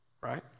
right